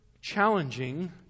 challenging